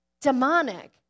demonic